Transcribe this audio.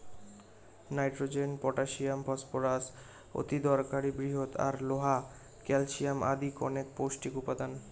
nitrogen, potassium, phosphorus অতিদরকারী বৃহৎ আর লোহা, ক্যালশিয়াম আদি কণেক পৌষ্টিক উপাদান